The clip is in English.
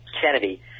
Kennedy